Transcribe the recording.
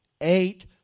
Eight